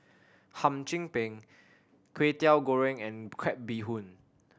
Hum Chim Peng Kway Teow Goreng and crab bee hoon